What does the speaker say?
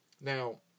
Now